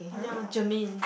ya Germaine